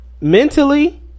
Mentally